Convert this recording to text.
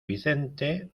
vicente